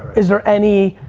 is there any,